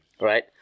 Right